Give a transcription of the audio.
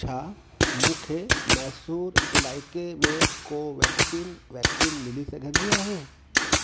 छा मूंखे मैसूर इलाइके में कोवेक्सीन वैक्सीन मिली सघंदी आहे